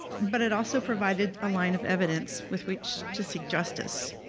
but it also provided a line of evidence with which to seek justice.